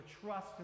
trust